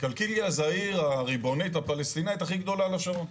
קלקיליה זו העיר הריבונית הפלסטינית הכי גדולה על השרון.